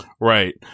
Right